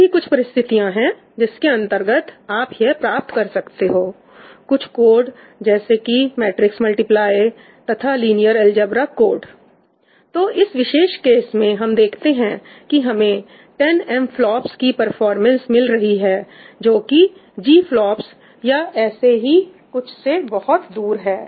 और भी कुछ परिस्थितियां हैं जिसके अंतर्गत आप यह प्राप्त कर सकते हो कुछ कोड जैसे कि मैट्रिक्स मल्टीप्लाई तथा लिनियर अलजेब्रा कोड तो इस विशेष केस में हम देखते हैं कि हमें 10 एमफ्लॉप्स की परफॉर्मेंस मिल रही है जो कि GFLOPS या ऐसे ही कुछ से बहुत ही दूर है